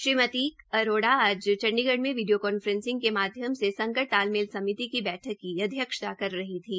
श्रीमती अरोड़ा आज चंडीगढ़ में video conferencing के माध्यम से संकट तालमेल समिति की बैठक की अध्यक्षता कर रही थीं